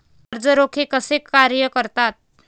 कर्ज रोखे कसे कार्य करतात?